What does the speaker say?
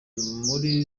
muri